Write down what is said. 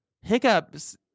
hiccups